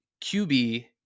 QB